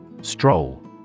Stroll